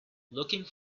looking